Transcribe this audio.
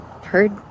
Heard